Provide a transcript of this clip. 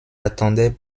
attendait